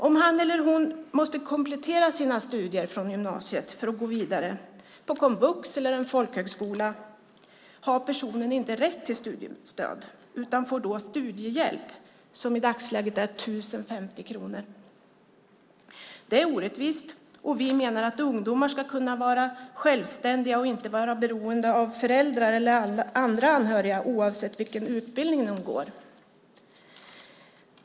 Om han eller hon måste komplettera sina studier från gymnasiet, för att kunna gå vidare, på komvux eller en folkhögskola har personen inte rätt till studiestöd utan får studiehjälp som i dagsläget är 1 050 kronor. Det är orättvist. Vi menar att ungdomar ska kunna vara självständiga och inte vara beroende av föräldrar eller andra anhöriga, oavsett vilken utbildning de går.